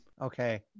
Okay